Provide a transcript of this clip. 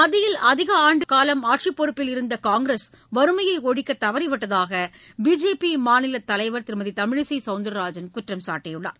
மத்தியில் அதிகஆண்டுகாலம் பொறப்பில் இருந்தகாங்கிரஸ் ஆட்சிப் வறுமையைஒழிக்கதவறிவிட்டதாகபிஜேபிமாநிலதலைவர் திருமதிதமிழிசைசௌந்தரராஜன் குற்றம் சாட்டியுள்ளார்